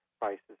prices